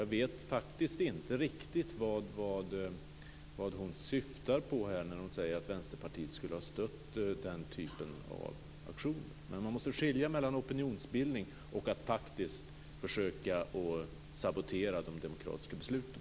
Jag vet faktiskt inte riktigt vad Carina Hägg syftar på när hon säger att Vänsterpartiet skulle ha stött den typen av aktioner, men man måste skilja mellan opinionsbildning och försök att faktiskt sabotera de demokratiska besluten.